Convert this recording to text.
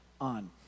on